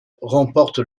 remporte